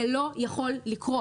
זה לא יכול לקרות.